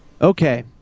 okay